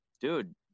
Dude